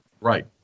Right